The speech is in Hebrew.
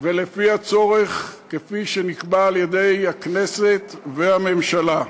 ולפי הצורך שנקבע על-ידי הכנסת והממשלה.